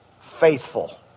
faithful